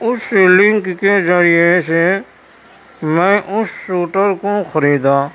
اس link کے ذریعے سے میں اس سوٹر کو خریدا